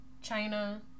China